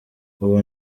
ubu